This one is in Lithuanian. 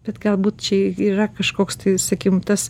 bet galbūt čia yra kažkoks tai sakykim tas